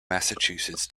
massachusetts